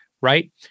right